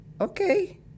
okay